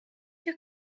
you